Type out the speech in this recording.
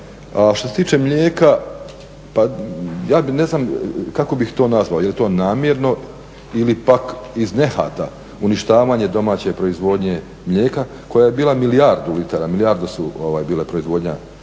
Što se tiče mlijeka, pa ja bih, ne znam kako bih to nazvao, je li to namjerno ili pak iz nehata uništavanje domaće proizvodnje mlijeka koja je bila milijardu litara, milijardu su bile proizvodnja, milijardu